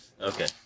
Okay